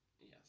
Yes